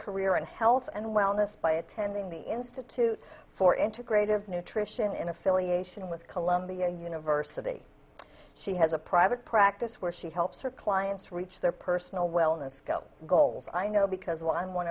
career in health and wellness by attending the institute for integrative nutrition in affiliation with columbia university she has a private practice where she helps her clients reach their personal wellness go goals i know because while i'm one